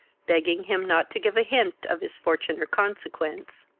begging him not to give a hint of his fortune or consequence.